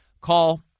call